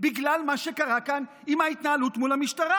בגלל מה שקרה כאן עם ההתנהלות מול המשטרה.